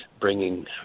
bringing